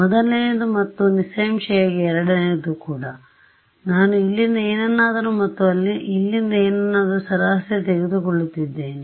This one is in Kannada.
ಮೊದಲನೆಯದುಮತ್ತು ನಿಸ್ಸಂಶಯವಾಗಿ ಎರಡನೆಯದು ಕೂಡ ನಾನು ಇಲ್ಲಿಂದ ಏನನ್ನಾದರೂ ಮತ್ತು ಇಲ್ಲಿಂದ ಏನನ್ನಾದರೂ ಸರಾಸರಿ ತೆಗೆದುಕೊಳ್ಳುತ್ತಿದ್ದೇನೆ